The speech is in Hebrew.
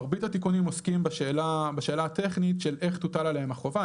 מרבית התיקונים עוסקים בשאלה הטכנית של איך תוטל עליהם החובה.